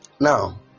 Now